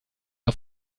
auf